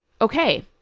okay